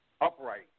upright